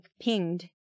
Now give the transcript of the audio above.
pinged